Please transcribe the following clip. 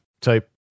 type